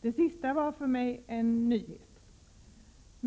Det sista var för mig en nyhet.